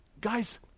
Guys